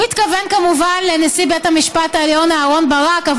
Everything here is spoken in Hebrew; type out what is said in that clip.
הוא התכוון כמובן לנשיא בית המשפט העליון אהרן ברק,